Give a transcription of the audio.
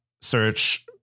search